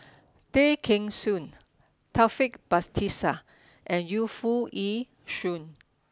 Tay Kheng Soon Taufik Batisah and Yu Foo Yee Shoon